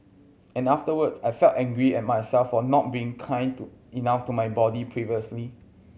and afterwards I felt angry at myself for not being kind to enough to my body previously